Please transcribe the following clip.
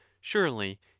Surely